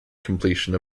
completion